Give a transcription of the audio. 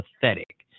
pathetic